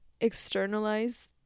externalize